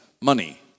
money